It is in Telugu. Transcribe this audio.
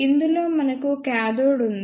ఇందులో మనకు కాథోడ్ ఉంది